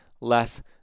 less